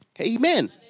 Amen